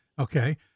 Okay